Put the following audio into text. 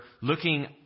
looking